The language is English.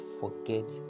forget